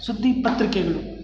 ಸುದ್ದಿ ಪತ್ರಿಕೆಗಳು